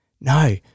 No